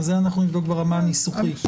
את זה נבדוק ברמה הניסוחית.